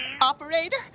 Operator